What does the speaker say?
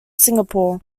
singapore